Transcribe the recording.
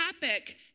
topic